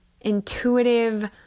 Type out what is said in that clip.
intuitive